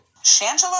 Shangela